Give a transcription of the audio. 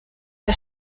der